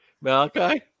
Malachi